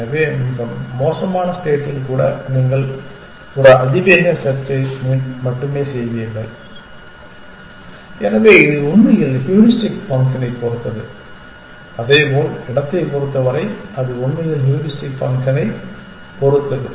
எனவே மிக மோசமான ஸ்டேட்டில் கூட நீங்கள் ஒரு அதிவேக செர்ச்சை மட்டுமே செய்வீர்கள் எனவே இது உண்மையில் ஹூரிஸ்டிக் ஃபங்க்ஷனைப் பொறுத்தது அதேபோல் இடத்தைப் பொறுத்தவரை அது உண்மையில் ஹூரிஸ்டிக் ஃபங்க்ஷனைப் பொறுத்தது